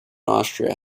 austria